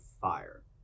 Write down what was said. fire